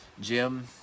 Jim